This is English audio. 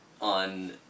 on